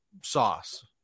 sauce